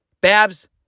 Babs